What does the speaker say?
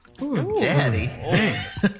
Daddy